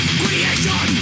creation